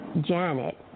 Janet